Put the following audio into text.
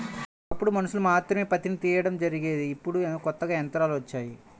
ఒకప్పుడు మనుషులు మాత్రమే పత్తిని తీయడం జరిగేది ఇప్పుడు కొత్తగా యంత్రాలు వచ్చాయి